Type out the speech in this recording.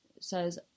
says